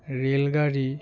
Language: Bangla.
রেলগাড়ি